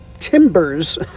timbers